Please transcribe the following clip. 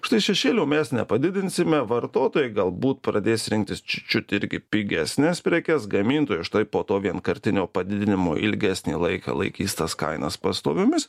štai šešėlio mes nepadidinsime vartotojai galbūt pradės rinktis čiut čiut irgi pigesnes prekes gamintojai štai po to vienkartinio padidinimo ilgesnį laiką laikys tas kainas pastoviomis